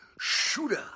Shooter